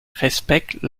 respectent